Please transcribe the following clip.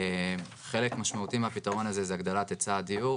חלק משמעותי מהפתרון הזה זה הגדלת היצע הדיור,